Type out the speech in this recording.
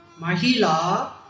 Mahila